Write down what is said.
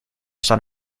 staan